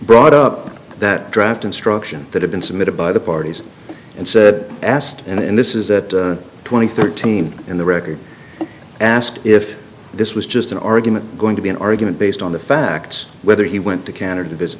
brought up that draft instruction that had been submitted by the parties and said asked and this is that twenty thirteen in the record asked if this was just an argument going to be an argument based on the facts whether he went to canada to visit